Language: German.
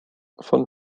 von